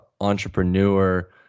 entrepreneur